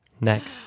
Next